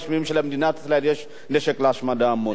שלמדינת ישראל יש נשק להשמדה המונית.